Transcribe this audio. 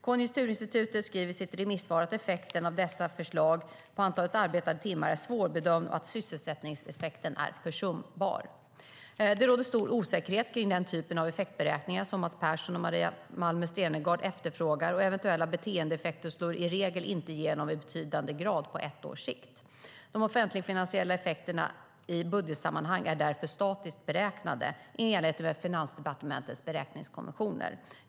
Konjunkturinstitutet skriver i sitt remissvar att effekten av dessa förslag på antalet arbetade timmar är svårbedömd och att sysselsättningseffekten är försumbar. Det råder stor osäkerhet om den typen av effektberäkningar som Mats Persson och Maria Malmer Stenergard efterfrågar, och eventuella beteendeeffekter slår i regel inte igenom i betydande grad på ett års sikt. De offentligfinansiella effekterna i budgetsammanhang är därför statiskt beräknade, i enlighet med Finansdepartementets beräkningskonventioner.